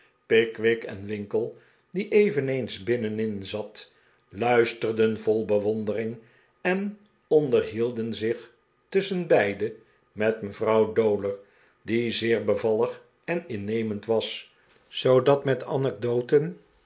pickwick en winkle die eveneens binnenin zat luisterden vol bewondering en onderhielden zich tusschenbeide met mevrouw dowler die zeer bevallig en innemend was zoodat met de anecdoten